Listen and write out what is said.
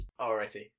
Alrighty